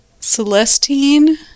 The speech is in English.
Celestine